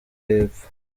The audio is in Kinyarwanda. y’epfo